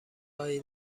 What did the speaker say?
هایی